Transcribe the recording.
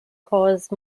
caused